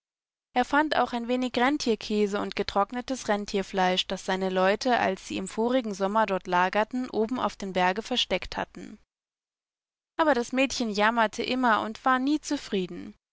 er fand auch ein wenig renntierkäse und getrocknetesrenntierfleisch dasseineleute alssieimvorigensommerdort lagerten oben auf dem berge versteckt hatten aber das mädchen jammerte immer und war nie zufrieden